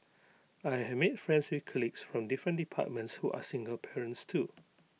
I have made friends with colleagues from different departments who are single parents too